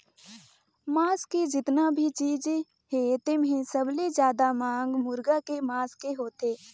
मांस के जेतना भी चीज हे तेम्हे सबले जादा मांग मुरगा के मांस के होथे